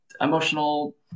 emotional